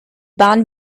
bahn